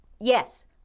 Yes